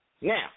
Now